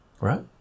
right